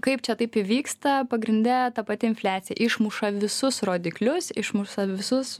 kaip čia taip įvyksta pagrinde ta pati infliacija išmuša visus rodiklius išmuša visus